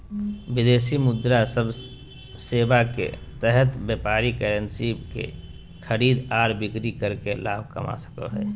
विदेशी मुद्रा सेवा के तहत व्यापारी करेंसी के खरीद आर बिक्री करके लाभ कमा सको हय